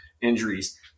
injuries